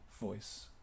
voice